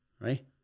right